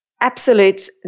absolute